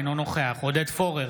אינו נוכח עודד פורר,